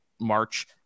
March